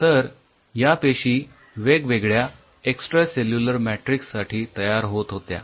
तर या पेशी वेगवेगळ्या एक्सट्रासेल्युलर मॅट्रिक्स साठी तयार होत होत्या